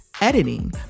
Editing